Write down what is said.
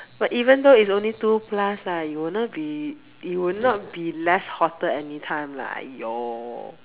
but even though it's two plus lah it would not be it would not be less hotter anytime lah !aiyo!